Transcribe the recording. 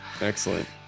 Excellent